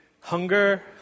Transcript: hunger